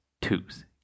twos